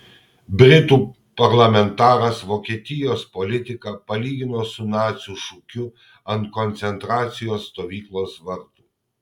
britų parlamentaras vokietijos politiką palygino su nacių šūkiu ant koncentracijos stovyklos vartų